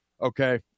Okay